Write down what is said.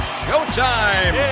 showtime